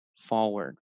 forward